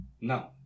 No